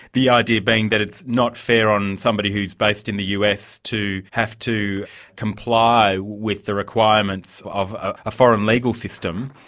the idea being that it's not fair on somebody who's based in the us to have to comply with the requirements of a foreign legal system,